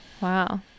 Wow